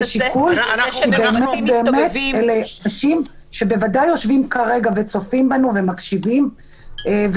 אלה אנשים שבוודאי יושבים כרגע וצופים בנו וגם הם